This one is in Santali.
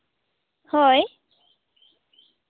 ᱦᱳᱭ